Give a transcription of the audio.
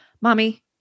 mommy